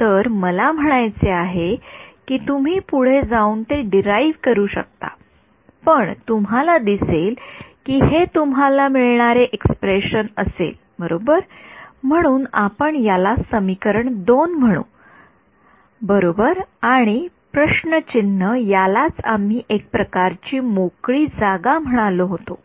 तर मला म्हणायचे आहे कि तुम्ही पूढे जाऊन ते डीराइव्ह करू शकता पण तुम्हाला दिसेल कि हे तुम्हाला मिळणारे एक्स्प्रेशनअसेल बरोबर म्हणून आपण याला आपले समीकरण २म्हणू बरोबर आणि यालाच आम्ही एका प्रकार ची मोकळी जागा म्हणालो होतो